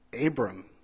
Abram